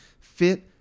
fit